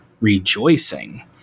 rejoicing